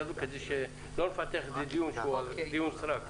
הזו כדי שלא נפתח על זה דיון שהוא דיון סרק.